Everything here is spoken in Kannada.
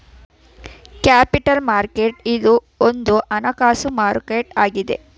ಕ್ಯಾಪಿಟಲ್ ಮಾರ್ಕೆಟ್ ಇದು ಒಂದು ಹಣಕಾಸು ಮಾರುಕಟ್ಟೆ ಆಗಿದೆ